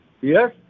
Yes